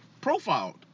profiled